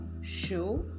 show